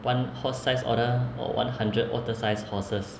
one horse size otter or one hundred otter size horses